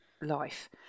life